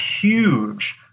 huge